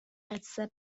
قصه